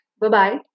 bye-bye